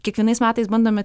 kiekvienais metais bandome